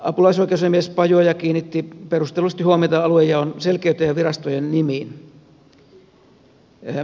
apulaisoikeusasiamies pajuoja kiinnitti perustellusti huomiota aluejaon selkeyteen ja virastojen nimiin